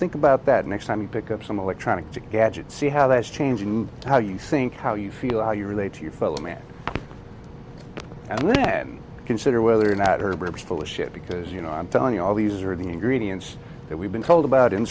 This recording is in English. think about that next time you pick up some electronic gadget see how that's changing how you think how you feel how you relate to your fellow man and then consider whether or not herbert is full of shit because you know i'm telling you all these are the ingredients that we've been told about in